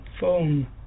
phone